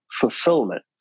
fulfillment